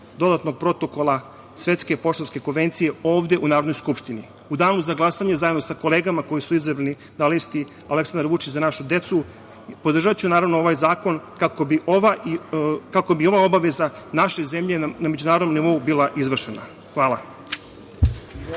dodatnog protokola Svetske poštanske konvencije ovde u Narodnoj skupštini.U danu za glasanje, zajedno sa kolegama koji su izabrani sa liste Aleksandar Vučić – Za našu decu, podržaću ovaj zakon kako bi ova obaveza naše zemlje na međunarodnom nivou bila izvršena. Hvala.